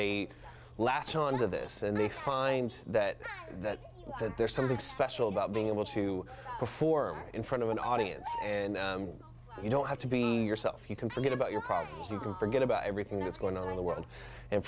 they latch on to this and they find that that that there's something special about being able to perform in front of an audience and you don't have to be yourself you can forget about your problems you can forget about everything that's going on in the world and